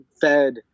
fed